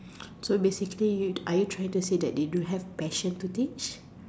so basically you are you trying to say that they don't have passion to teach